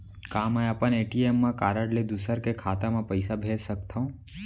का मैं अपन ए.टी.एम कारड ले दूसर के खाता म पइसा भेज सकथव?